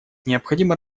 необходимо